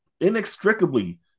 inextricably